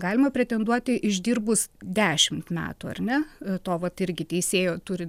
galima pretenduoti išdirbus dešimt metų ar ne to vat irgi teisėjo turi